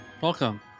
Welcome